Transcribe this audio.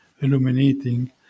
illuminating